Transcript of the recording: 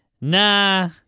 Nah